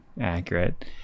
accurate